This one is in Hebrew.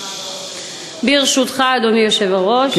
ברשותך, אדוני היושב-ראש.